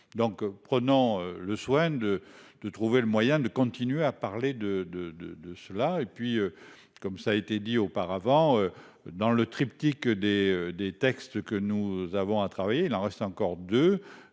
donc prenant le soin de de trouver le moyen de continuer à parler de de de de cela et puis comme ça a été dit auparavant dans le triptyque des des textes que nous avons à travailler. Il en reste encore deux.